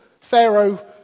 Pharaoh